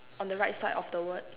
on the right side of the word